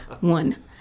One